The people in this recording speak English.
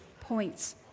points